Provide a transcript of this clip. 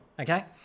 okay